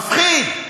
מפחיד.